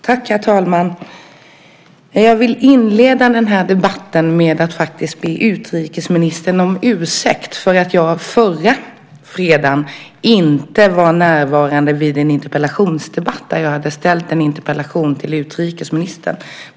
Herr talman! Jag vill inleda den här debatten med att faktiskt be utrikesministern om ursäkt för att jag inte var närvarande vid en interpellationsdebatt förra fredagen då jag hade ställt en interpellation till utrikesministern.